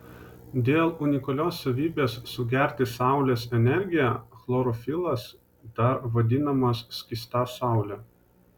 dėl unikalios savybės sugerti saulės energiją chlorofilas dar vadinamas skysta saule